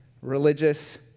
religious